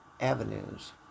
avenues